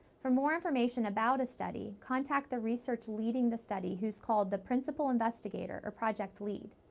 for more information about a study, contact the researcher leading the study, who's called the principal investigator or project lead.